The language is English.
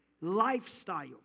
lifestyle